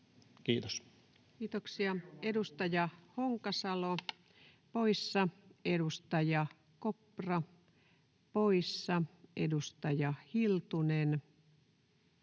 Kiitos. Kiitoksia. — Edustaja Honkasalo poissa, edustaja Kopra poissa, edustaja Hiltunen